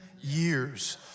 years